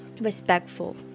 respectful